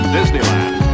Disneyland